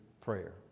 prayer